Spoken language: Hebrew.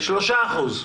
שלושה אחוזים.